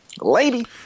Lady